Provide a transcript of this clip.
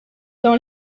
dans